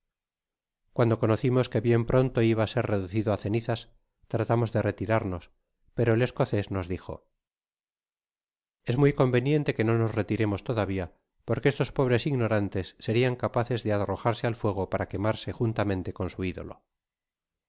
cuando conocimos que bien pronto iba á ser reducido a cenizas tratamos de retirarnos pero el escocés nos dijo es muy conveniente que no nos retiremos todavia porque estos pobres ignorantes serian capaces de arro jarse al fuego para quemarse juntamente con su idolo